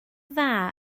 dda